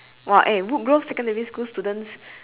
!wah! eh woodgrove secondary school students